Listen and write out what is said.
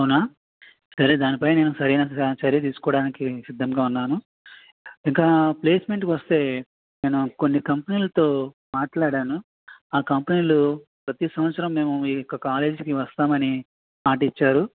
అవునా సరే దాని పైన నేను సరైన స చర్య తీసుకోవడానికి సిద్ధంగా ఉన్నాను ఇంకా ప్లేసెమెంట్కి వస్తే నేను కొన్ని కంపెనీలతో మాట్లాడాను ఆ కంపెనీలు ప్రతి సంవత్సరం మేము మీ యొక్క కాలేజీకి వస్తాము అని మాట ఇచ్చారు